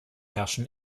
herrschen